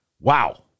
Wow